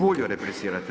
Bulju replicirate.